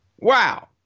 Wow